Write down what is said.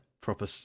Proper